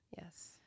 Yes